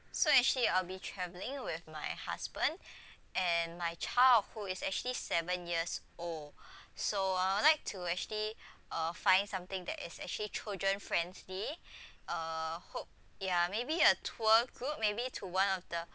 so actually I'll be travelling with my husband and my child who is actually seven years old so I would like to actually uh find something that is actually children friendly uh hope ya maybe a tour group maybe to one of the